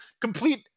complete